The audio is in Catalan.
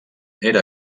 era